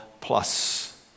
plus